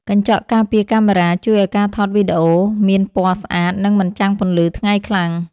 កញ្ចក់ការពារកាមេរ៉ា ជួយឱ្យការថតវីដេអូមានពណ៌ស្អាត និងមិនចាំងពន្លឺថ្ងៃខ្លាំង។